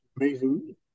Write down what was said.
amazing